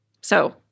So-